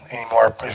anymore